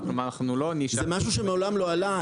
זה משהו שמעולם לא עלה.